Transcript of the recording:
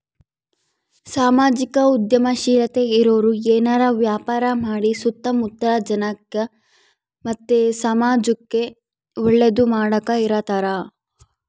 ಸಾಮಾಜಿಕ ಉದ್ಯಮಶೀಲತೆ ಇರೋರು ಏನಾರ ವ್ಯಾಪಾರ ಮಾಡಿ ಸುತ್ತ ಮುತ್ತಲ ಜನಕ್ಕ ಮತ್ತೆ ಸಮಾಜುಕ್ಕೆ ಒಳ್ಳೇದು ಮಾಡಕ ಇರತಾರ